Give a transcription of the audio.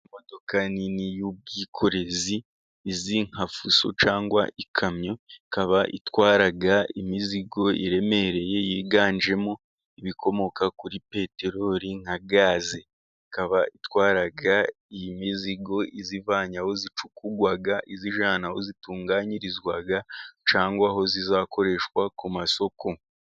Imodoka nini y'ubwikorezi izwi nka fuso cyangwa ikamyo, ikaba itwara imizigo iremereye yiganjemo ibikomoka kuri peteroli nka gaze. Ikaba itwara imizigo iyivanye aho icukurwa iyijyana aho itunganyirizwa, cyangwa aho izakoreshwa ku masoko.